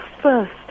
first